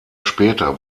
später